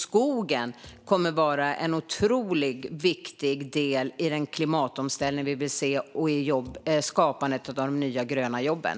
Skogen kommer att vara en otroligt viktig del i den klimatomställning vi vill se och i skapandet av de nya gröna jobben.